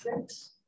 six